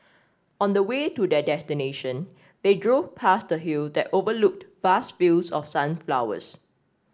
on the way to their destination they drove past a hill that overlooked vast fields of sunflowers